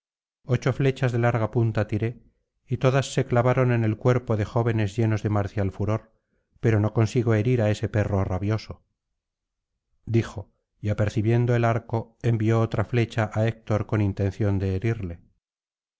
ocho flechas de larga punta tiré y todas se clavaron en el cuerpo de jóvenes llenos de marcial furor pero no consigo herir á ese perro rabioso dijo y apercibiendo el arco envió otra flecha á héctor con intención de herirle